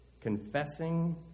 Confessing